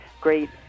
great